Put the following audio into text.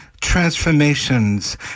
transformations